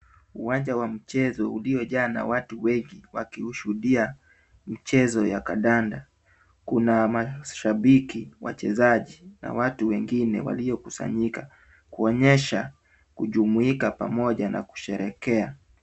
Uwanja wa mchezo uliojaa na watu wengi wakishuhudia mchezo ya kandanda. Kuna mashabiki, wachezaji na watu wengine waliokusanyika kuonyesha kujumuika pamoja na kusherehekea.